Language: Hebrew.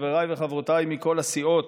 חבריי וחברותיי מכל הסיעות,